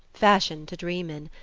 fashioned to dream in.